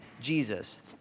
Jesus